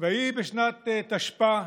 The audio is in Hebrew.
ויהי בשנת תשפ"א,